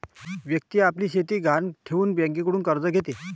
व्यक्ती आपली शेती गहाण ठेवून बँकेकडून कर्ज घेते